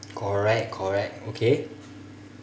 correct correct okay